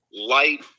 light